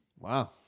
wow